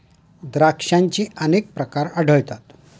द्राक्षांचे अनेक प्रकार आढळतात